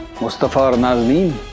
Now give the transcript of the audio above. mustafa and nazneen!